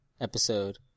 episode